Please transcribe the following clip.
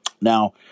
Now